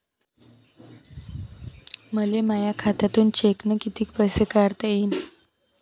मले माया खात्यातून चेकनं कितीक पैसे काढता येईन?